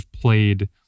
played